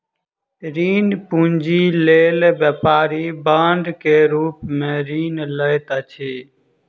ऋण पूंजी लेल व्यापारी बांड के रूप में ऋण लैत अछि